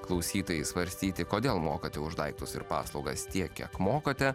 klausytojai svarstyti kodėl mokate už daiktus ir paslaugas tiek kiek mokate